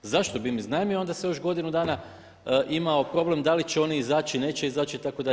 Zašto bi im iznajmio, onda se još godinu dana imao problem da li će oni izaći, neće izaći itd.